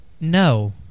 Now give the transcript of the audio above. No